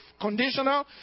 conditional